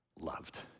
loved